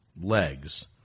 legs